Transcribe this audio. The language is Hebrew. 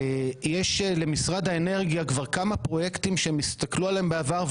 יש למשרד האנרגיה כבר כמה פרויקטים שהם הסתכלו עליהם בעבר,